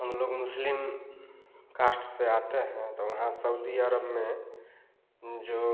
हमलोग मुस्लिम कास्ट से आते हैं तो वहाँ सऊदी अरब में जो